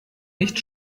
nicht